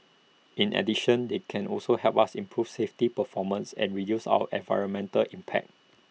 in addition they can also help us improve safety performance and reduce our environmental impact